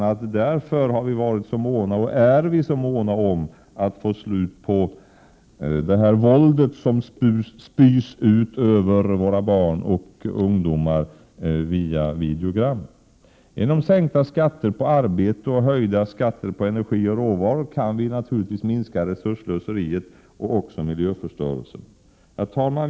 a. därför är vi så måna om att få slut på våldet som spys ut över våra barn och ungdomar via videogram. Genom sänkta skatter på arbete och höjda skatter på energi och råvaror kan vi naturligtvis minska resursslöseriet och miljöförstörelsen. Herr talman!